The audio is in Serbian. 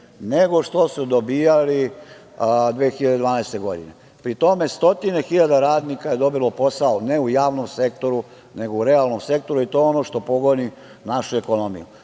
nego što su dobijali 2012. godine. Pri tome, stotine hiljada radnika je dobilo posao ne u javnom sektoru, nego u realnom sektoru i to je ono što pogoni našu ekonomiju. Dakle,